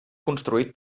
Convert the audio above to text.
construït